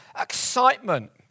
excitement